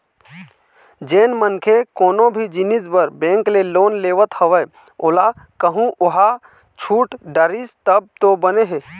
जेन मनखे कोनो भी जिनिस बर बेंक ले लोन लेवत हवय ओला कहूँ ओहा छूट डरिस तब तो बने हे